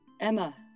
Emma